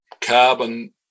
carbon